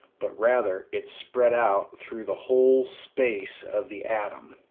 but rather it's spread out through the whole space of the atom.